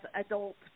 adult